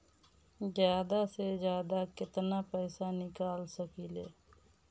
जादा से जादा कितना पैसा निकाल सकईले?